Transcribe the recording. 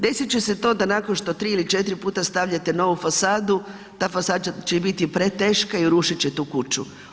Desit će se to da nakon što 3 ili 4 puta stavljate novu fasadu, ta fasada će biti preteška i urušit će tu kuću.